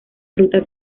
ruta